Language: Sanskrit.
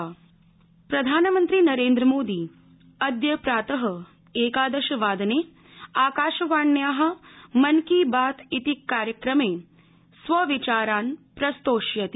मन की बात प्रधानमंत्री नरेन्द्रमोदी अद्य प्रातः एकादश वादने आकाशवाण्याः मन की बात इति कार्यक्रमे स्वविचारान् प्रस्तोष्यति